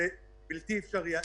זהו, אלה הדברים שרציתי להעלות.